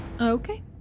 Okay